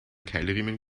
keilriemen